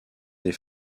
des